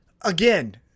again